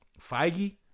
Feige